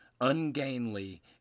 ungainly